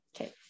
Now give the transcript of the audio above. okay